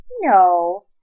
No